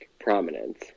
prominence